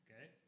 Okay